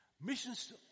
Missions